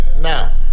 now